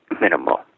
minimal